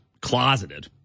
closeted